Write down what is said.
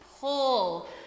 pull